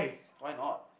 why not